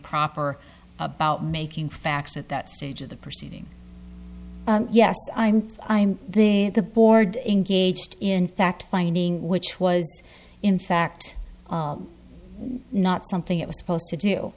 proper about making facts at that stage of the proceeding yes i'm i'm the the board engaged in fact finding which was in fact not something it was supposed to do